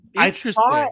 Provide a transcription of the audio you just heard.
Interesting